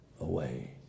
away